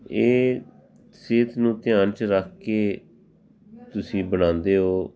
ਇਹ ਸਿਹਤ ਨੂੰ ਧਿਆਨ 'ਚ ਰੱਖ ਕੇ ਤੁਸੀਂ ਬਣਾਉਂਦੇ ਹੋ